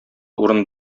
урын